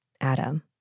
Adam